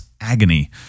agony